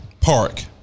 Park